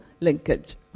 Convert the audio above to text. linkage